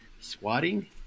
squatting